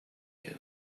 you